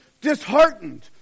disheartened